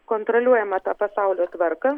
kontroliuojama ta pasaulio tvarką